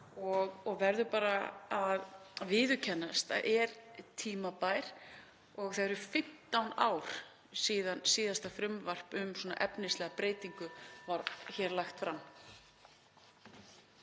og verður að viðurkennast að hún er tímabær. Það eru 15 ár síðan síðasta frumvarp um efnislega breytingu var lagt fram.